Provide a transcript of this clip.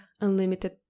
unlimited